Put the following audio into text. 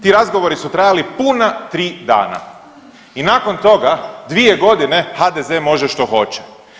Ti razgovori su trajali puna tri dana i nakon toga dvije godine HDZ može što hoće.